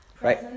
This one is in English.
right